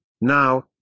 Now